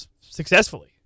successfully